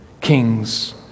Kings